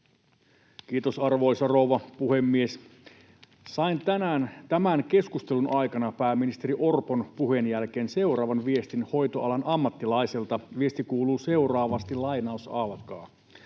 Kiitos, arvoisa rouva puhemies! Sain tänään tämän keskustelun aikana, pääministeri Orpon puheen jälkeen viestin hoitoalan ammattilaiselta. Viesti kuuluu seuraavasti: ”Petteri